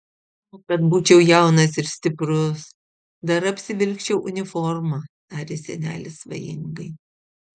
o kad būčiau jaunas ir stiprus dar apsivilkčiau uniformą tarė senelis svajingai